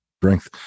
strength